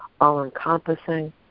all-encompassing